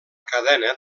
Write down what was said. cadena